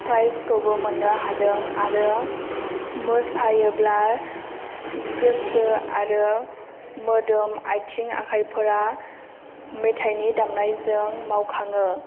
प्राइसखौबो मोन्नो हादों आरो मोसायोब्ला गोसो आरो मोदोम आथिं आखायफोरा मेथाइनि दामनायजों मावखाङो